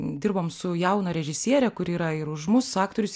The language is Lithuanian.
dirbom su jauna režisiere kuri yra ir už mus aktorius